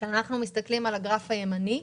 כשמסתכלים על הגרף הימני,